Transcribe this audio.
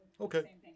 Okay